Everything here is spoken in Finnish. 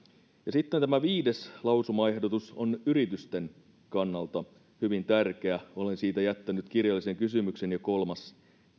sitten tämä viides lausumaehdotus on yritysten kannalta hyvin tärkeä olen siitä jättänyt kirjallisen kysymyksen jo kolmas neljättä